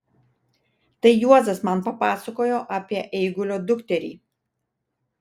tai juozas man papasakojo apie eigulio dukterį